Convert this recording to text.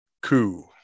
coup